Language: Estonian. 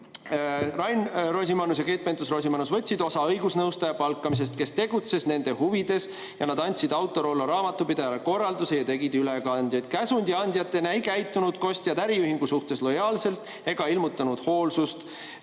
Rain Rosimannus ja Keit Pentus-Rosimannus võtsid osa õigusnõustaja palkamisest, kes tegutses nende huvides, ja nad andsid Autorollo raamatupidajale korraldusi ja tegid ülekandeid. Käsundiandjatena ei käitunud kostjad äriühingu suhtes lojaalselt ega ilmutanud hoolsust,